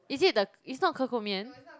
is it the is not 可口面:Ke-Kou-Mian